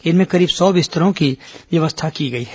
इनमें करीब सौ बिस्तरों की व्यवस्था की गई है